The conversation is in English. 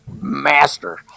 master